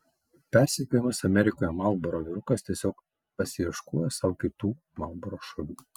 persekiojamas amerikoje marlboro vyrukas tiesiog pasiieškojo sau kitų marlboro šalių